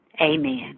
amen